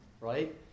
right